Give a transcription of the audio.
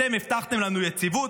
אתם הבטחתם לנו יציבות,